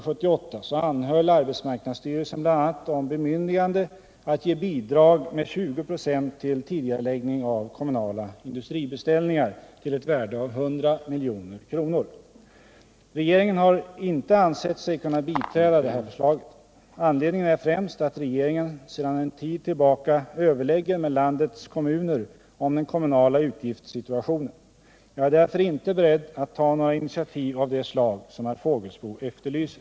17 Regeringen har icke ansett sig kunna biträda detta förslag. Anledningen är främst att regeringen sedan en tid tillbaka överlägger med landets kommuner om den kommunala utgiftssituationen. Jag är därför inte beredd att ta några initiativ av det slag som herr Fågelsbo efterlyser.